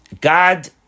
God